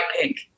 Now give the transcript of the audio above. pink